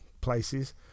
places